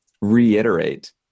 reiterate